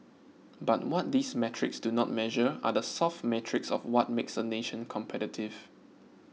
but what these metrics do not measure are the soft metrics of what makes a nation competitive